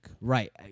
right